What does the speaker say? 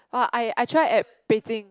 orh I I try at Beijing